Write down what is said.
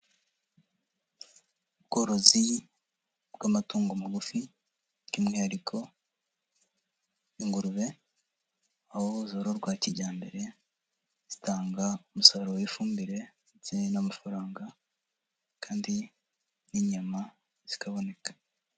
Ubworozi bw'amatungo magufi by'umwihariko ingurube, aho zororwa kijyambere zitanga umusaruro w'ifumbire n'amafaranga kandi n'inyama zikaboneka.